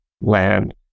land